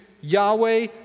Yahweh